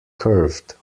curved